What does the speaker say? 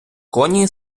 коні